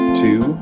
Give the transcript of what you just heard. two